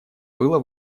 было